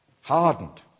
Hardened